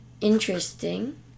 interesting